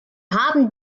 haben